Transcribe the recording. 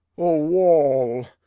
o wall,